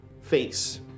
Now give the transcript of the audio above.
face